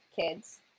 kids